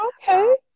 Okay